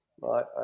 Right